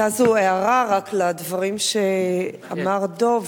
היתה זו רק הערה לדברים שאמר דב.